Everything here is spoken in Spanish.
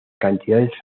cantidades